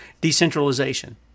Decentralization